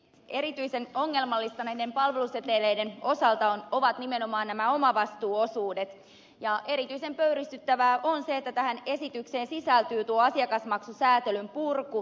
erityisen ongelmallista näiden palveluseteleiden osalta on nimenomaan nämä omavastuuosuudet ja erityisen pöyristyttävää on se että tähän esitykseen sisältyy tuo asiakasmaksusäätelyn purku